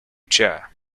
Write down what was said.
chair